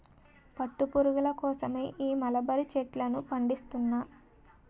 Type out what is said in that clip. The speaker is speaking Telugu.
పట్టు పురుగుల కోసమే ఈ మలబరీ చెట్లను పండిస్తున్నా